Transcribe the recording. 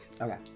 Okay